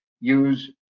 use